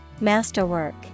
Masterwork